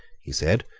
he said,